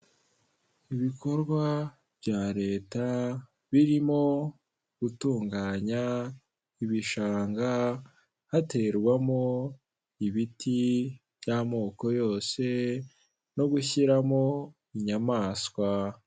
Ibikorwa bya leta birimo gutunganya ibishanga, haterwamo ibiti by'amoko yose no gushyiramo inyamaswa.